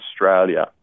Australia